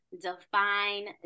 define